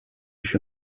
się